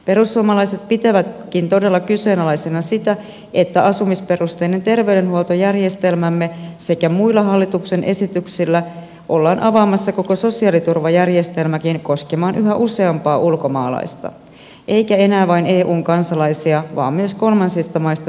perussuomalaiset pitävätkin todella kyseenalaisena sitä että asumisperusteinen terveydenhuoltojärjestelmämme sekä muilla hallituksen esityksillä koko sosiaaliturvajärjestelmäkin ollaan avaamassa koskemaan yhä useampaa ulkomaalaista eikä enää vain eun kansalaisia vaan myös kolmansista maista saapuvia kansalaisia